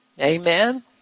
Amen